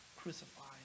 crucified